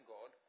God